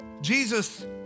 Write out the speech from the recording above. Jesus